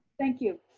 thank you.